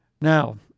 Now